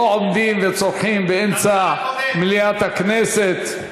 לא עומדים וצורחים באמצע מליאת הכנסת.